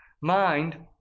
mind